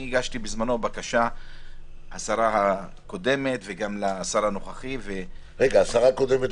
הגשתי בזמנו בקשה לשרה הקודמת וגם לשר הנוכחי --- השרה הקודמת,